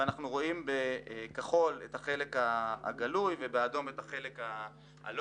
אנחנו ראים בכחול את החלק הגלוי ובאדום את החלק הסמוי.